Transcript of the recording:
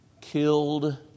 killed